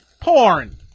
porn